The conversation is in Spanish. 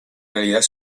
realidad